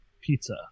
Pizza